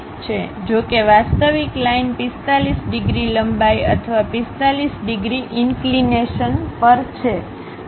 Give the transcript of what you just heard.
જો કે વાસ્તવિક લાઇન 45 ડિગ્રી લંબાઈ અથવા 45 ડિગ્રી ઇનકલીનેશન પર છે